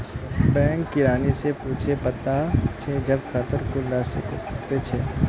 bank किरानी स पूछे बता जे सब खातौत कुल राशि कत्ते छ